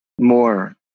more